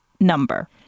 number